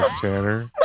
Tanner